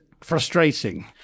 frustrating